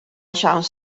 siawns